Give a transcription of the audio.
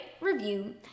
review